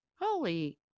Holy